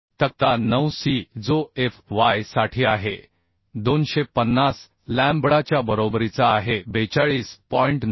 तक्ता 9C जो Fy साठी आहे 250 लॅम्बडाच्या बरोबरीचा आहे 42